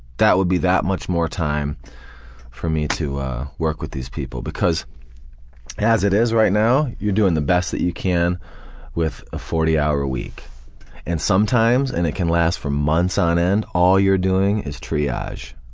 that would be that much more time for me to work with these people. because as it is right now, you're doing the best that you can with a forty hour week and sometimes, and it can last for months on end, all you're doing is triage.